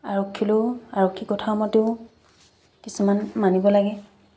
আৰক্ষীলৈয়ো আৰক্ষী কথা মতেও কিছুমান মানিব লাগে